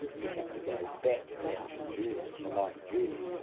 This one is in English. you have to go back down the journey, the life journey,